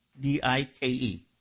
D-I-K-E